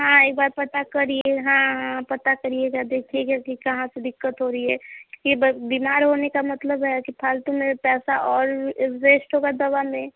हाँ एक बार पता करिए हाँ हाँ पता करिएगा देखिएगा कि कहाँ से दिक्कत हो रही है यह ब बीमार होने का मतलब है कि फालतू में पैसा और वेस्ट होगा दवा में